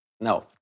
No